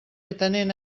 atenent